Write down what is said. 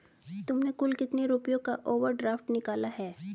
तुमने कुल कितने रुपयों का ओवर ड्राफ्ट निकाला है?